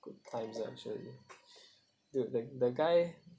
good times ah actually dude that that guy